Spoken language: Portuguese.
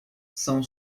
são